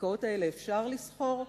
בקרקעות האלה אפשר לסחור?